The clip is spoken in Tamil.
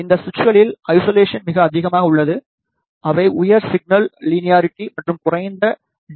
இந்த சுவிட்சுகளில் ஐசோலேசன் மிக அதிகமாக உள்ளது அவை உயர் சிக்னல் லீனியாரிட்டி மற்றும் குறைந்த டி